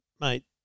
mate